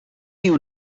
you